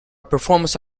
performance